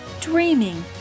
dreaming